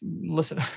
Listen